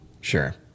Sure